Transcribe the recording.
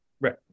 Right